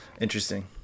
Interesting